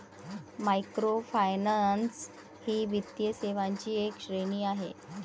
microfinance ही वित्तीय सेवांची एक श्रेणी आहे